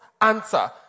answer